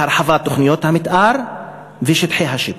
להרחבת תוכניות המתאר ושטחי השיפוט.